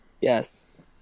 Yes